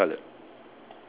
shoe colour